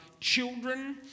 children